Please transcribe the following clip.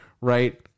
right